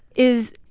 is